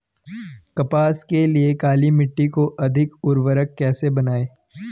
कपास के लिए काली मिट्टी को अधिक उर्वरक कैसे बनायें?